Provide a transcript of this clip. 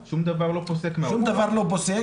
שום דבר לא פוסק,